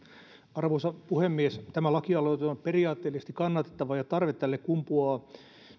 arvoisa puhemies tämä lakialoite on periaatteellisesti kannatettava ja tarve tälle kumpuaa